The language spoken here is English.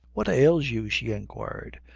what ails you? she enquired.